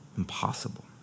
impossible